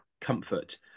comfort